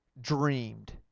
dreamed